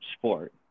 sport